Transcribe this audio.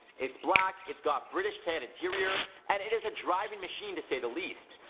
it's black, it's got british tan interior, and it is a driving machine to say the least.